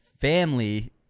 Family